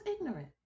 ignorant